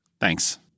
Thanks